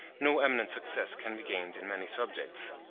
no eminent success can be gained in many subjects.